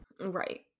right